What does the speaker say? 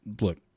look